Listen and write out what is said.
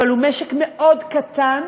אבל הוא משק מאוד קטן,